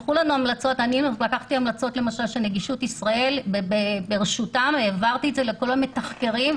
אני לקחתי המלצות של נגישות ישראל וברשותם העברתי אותן לכל המתחקרים,